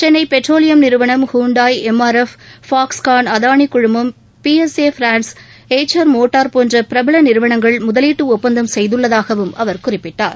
Chennai petroleum நிறுவனம் Hyundai M R F Foxconn Adani குழுமம் P S A France Eicher motor போன்ற பிரபல நிறுவனங்கள் முதலீட்டு ஒப்பந்தம் செய்துள்ளதாகவும் அவர் குறிப்பிட்டார்